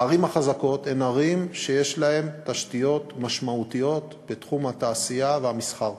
הערים החזקות הן ערים שיש להן תשתיות משמעותיות בתחום התעשייה והמסחר.